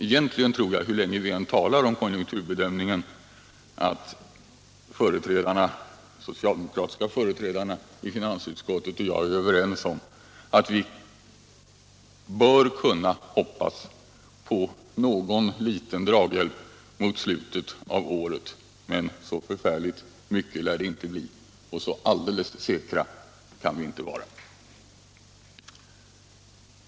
Vi kan fortsätta att diskutera frågan om konjunkturbedömningen länge än, men jag tror att de socialdemokratiska företrädarna i finansutskottet och jag egentligen är överens om att vi bör kunna hoppas på någon liten draghjälp av en konjunkturuppgång mot slutet av året, men så förfärligt stor kommer den inte att bli och så alldeles säkra kan vi inte vara.